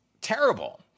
terrible